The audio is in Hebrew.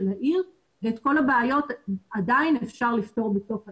העיר ואת כל הבעיות עדיין אפשר לפתור בתוך העיר.